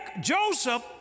Joseph